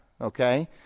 okay